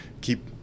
keep